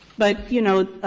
but, you know,